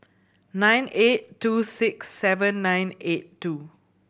nine eight two six seven nine eight two